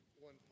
one